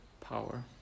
power